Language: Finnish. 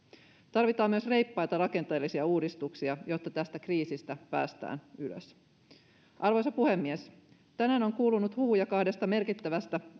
tarvitaan myös reippaita rakenteellisia uudistuksia jotta tästä kriisistä päästään ylös arvoisa puhemies tänään on kuulunut huhuja kahdesta merkittävästä